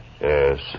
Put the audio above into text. Yes